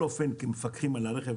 ומפקחים על הרכב.